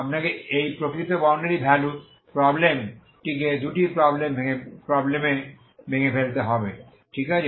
আপনাকে এই প্রকৃত বাউন্ডারি ভ্যালু প্রবলেম টিকে দুটি প্রবলেমে ভেঙে ফেলতে হবে ঠিক আছে